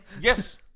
Yes